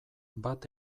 bat